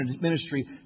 ministry